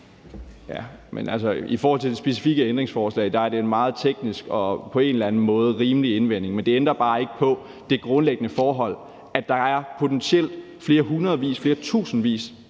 i forhold til det specifikke ændringsforslag er det meget teknisk og på en eller anden måde en rimelig indvending. Men det ændrer bare ikke på det grundlæggende forhold, at der potentielt er tusindvis